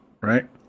right